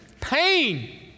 Pain